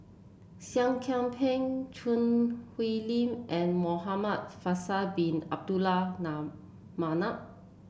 Seah Kian Peng Choo Hwee Lim and Muhamad Faisal Bin Abdul Manap